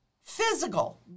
physical